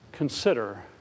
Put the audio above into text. consider